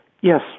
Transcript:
Yes